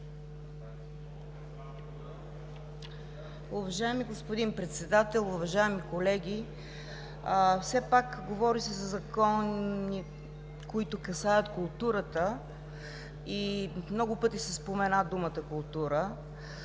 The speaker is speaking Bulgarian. Уважаеми господин Председател, уважаеми колеги! Все пак говори се за закони, които касаят културата, и много пъти се спомена думата „култура“.